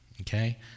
okay